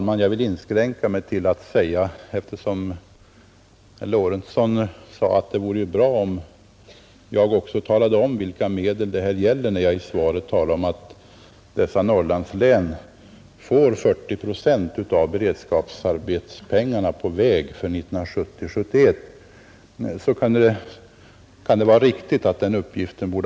Herr talman! Herr Lorentzon påpekade att det hade varit bra, ifall jag också hade meddelat hur mycket pengar det gäller, när jag i svaret talade om att dessa Norrlandslän får 40 procent av de beredskapsmedel som är avsedda till vägarbeten för 1970/71. Den uppgiften borde ha medtagits i mitt ursprungliga svar.